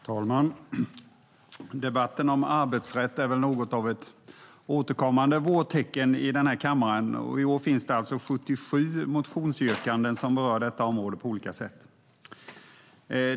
Fru talman! Debatten om arbetsrätt är väl något av ett återkommande vårtecken i denna kammare. I år finns alltså 77 motionsyrkanden som berör detta område på olika sätt.